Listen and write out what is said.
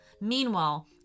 Meanwhile